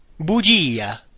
bugia